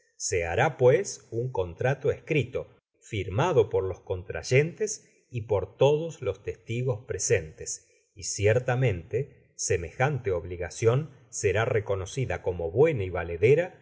se hará pues un contrato escrito firmado por los contrayentes y por todos los testigos presentes y ciertamente semejante obligacion será reconocida como buena y valedera